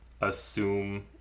assume